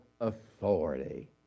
authority